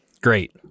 Great